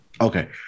Okay